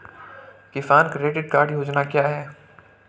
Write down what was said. किसान credit card योजना क्या है?